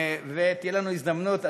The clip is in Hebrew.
תהיה לנו הזדמנות,